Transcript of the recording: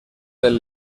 del